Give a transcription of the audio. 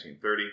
1930